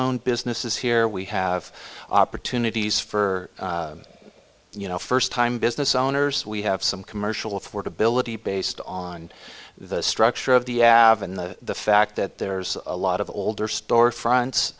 owned businesses here we have opportunities for you know first time business owners we have some commercial affordability based on the structure of the avenue the fact that there's a lot of older storefronts